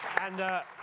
and